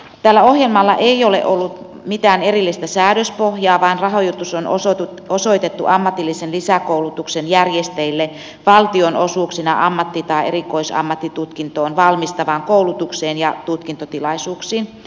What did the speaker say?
tällä ohjelmalla ei ole ollut mitään erillistä säädöspohjaa vaan rahoitus on osoitettu ammatillisen lisäkoulutuksen järjestäjille valtionosuuksina ammatti tai erikoisammattitutkintoon valmistavaan koulutukseen ja tutkintotilaisuuksiin